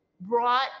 brought